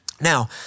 Now